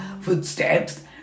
footsteps